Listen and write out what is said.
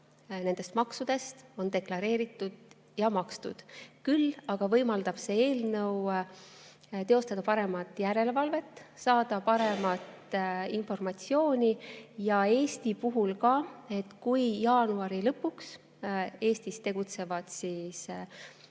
nendest maksudest on deklareeritud ja makstud. Küll aga võimaldab see eelnõu teostada paremini järelevalvet, saada paremini informatsiooni. Eesti puhul on ka nii, et kui jaanuari lõpuks Eestis tegutsevad